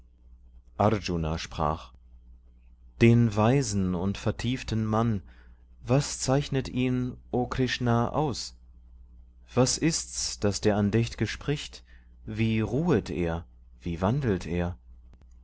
sprach den weisen und vertieften mann was zeichnet ihn o krishna aus was ists das der andächt'ge spricht wie ruhet er wie wandelt er